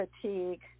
fatigue